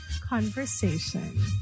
conversation